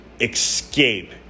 escape